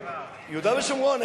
יהודה ושומרון,